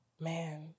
Man